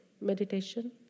meditation